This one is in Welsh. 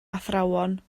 athrawon